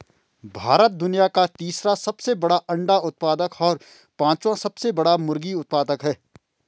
भारत दुनिया का तीसरा सबसे बड़ा अंडा उत्पादक और पांचवां सबसे बड़ा मुर्गी उत्पादक है